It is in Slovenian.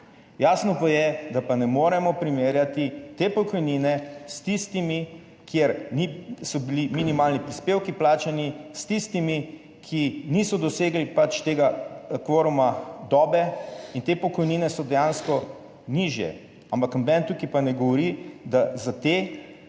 Jasno pa je, da pa ne moremo primerjati te pokojnine s tistimi, kjer so bili minimalni prispevki plačani, s tistimi, ki niso dosegli tega kvoruma dobe. Te pokojnine so dejansko nižje, ampak noben tukaj pa ne govori, da za te